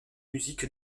musique